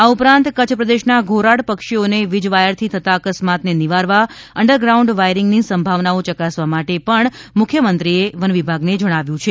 આ ઉપરાંત કચ્છ પ્રદેશમાં ધોરાડ પક્ષીઓને વીજવાયરથી થતા અક્સ્માતને નિવારવા અંડર ગ્રાઉન્ડ વાયરીંગની સંભાવનાઓ ચકાસવા માટે પણ મુખ્યમંત્રીએ વનવિભાગને જણાવ્યું છે